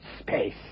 space